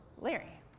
Larry